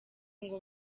ngo